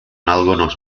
algunos